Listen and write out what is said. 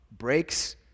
Breaks